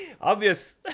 Obvious